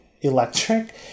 electric